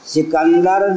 Sikandar